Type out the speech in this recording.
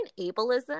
ableism